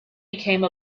became